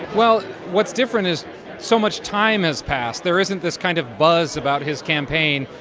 well, what's different is so much time has passed. there isn't this kind of buzz about his campaign,